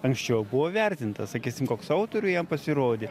anksčiau buvo vertinta sakysim koks autorių jam pasirodė